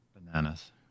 Bananas